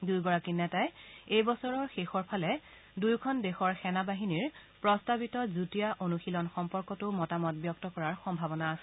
দুয়োগৰাকী নেতাই এই বছৰৰ শেষৰফালে দুয়োখন দেশৰ সেনা বাহিনীৰ প্ৰস্তাৱিত যুটীয়া অনুশীলন সম্পৰ্কতো মতামত ব্যক্ত কৰাৰ সম্ভাৱনা আছে